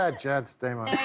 ah john stamos.